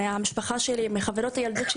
מהמשפחה שלי ומחברות הילדות.